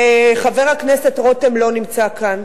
חבר הכנסת רותם לא נמצא כאן,